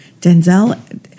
Denzel